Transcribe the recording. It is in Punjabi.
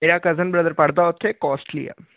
ਮੇਰਾ ਕਜ਼ਨ ਬਰਦਰ ਪੜਦਾ ਉਥੇ ਕੋਸਟਲੀ ਆ